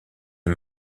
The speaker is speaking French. est